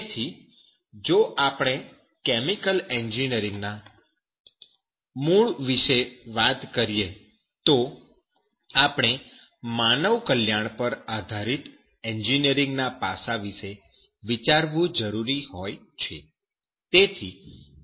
તેથી જો આપણે કેમિકલ એન્જિનિયરિંગ ના મૂળ વિશે વાત કરીએ તો આપણે માનવ કલ્યાણ પર આધારિત એન્જિનિયરિંગ ના પાસા વિશે વિચારવું જરૂરી હોય છે